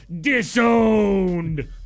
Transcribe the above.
Disowned